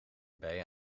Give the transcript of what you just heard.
bij